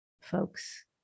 folks